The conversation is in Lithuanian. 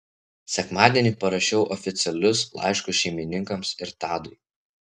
sekmadienį parašiau oficialius laiškus šeimininkams ir tadui